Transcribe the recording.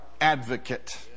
advocate